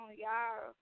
y'all